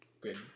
Good